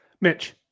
Mitch